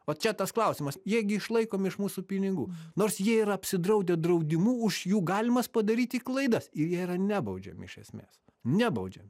va čia tas klausimas jie gi išlaikomi iš mūsų pinigų nors jie ir apsidraudę draudimu už jų galimas padaryti klaidas ir jie yra nebaudžiami iš esmės nebaudžiam